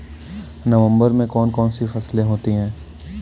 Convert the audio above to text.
नवंबर में कौन कौन सी फसलें होती हैं?